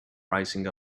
rising